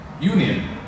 Union